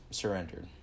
surrendered